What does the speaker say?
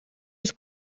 ist